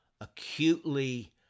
acutely